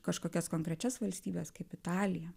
kažkokias konkrečias valstybes kaip italija